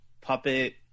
puppet